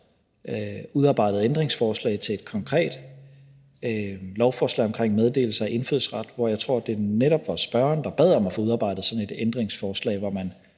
udarbejdet ændringsforslag til et konkret lovforslag omkring meddelelse af indfødsret, hvor jeg tror, det netop var spørgeren, der bad om at få udarbejdet sådan et ændringsforslag, hvor man